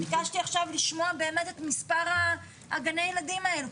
ביקשתי עכשיו לשמוע באמת את מספר גני הילדים האלה.